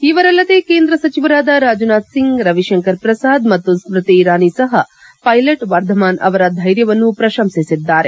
ಇವರಲ್ಲದೆ ಕೇಂದ್ರ ಸಚಿವರಾದ ರಾಜನಾಥ್ ಸಿಂಗ್ ರವಿಶಂಕರ್ ಪ್ರಸಾದ್ ಮತ್ತು ಸ್ಟೃತಿ ಇರಾನಿ ಸಹ ಪೈಲಟ್ ವರ್ಧಮಾನ್ ಅವರ ಧೈರ್ಯವನ್ನು ಪ್ರಶಂಸಿಸಿದ್ದಾರೆ